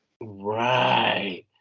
Right